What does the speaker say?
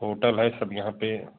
hotel है सब यहाँ पर